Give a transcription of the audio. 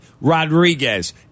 Rodriguez